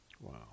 Wow